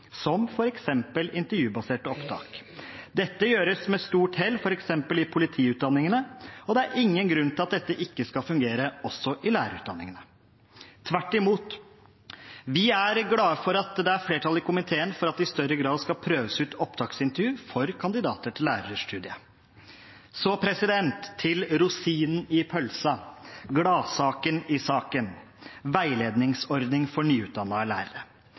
som f.eks. intervjubaserte opptak. Dette gjøres med stort hell f.eks. i politiutdanningene, og det er ingen grunn til at dette ikke skal fungere også i lærerutdanningene – tvert imot. Vi er glad for at det er flertall i komiteen for at det i større grad skal prøves ut opptaksintervju for kandidater til lærerstudiet. Så til rosinen i pølsa, gladsaken i saken: veiledningsordning for nyutdannede lærere.